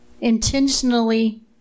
intentionally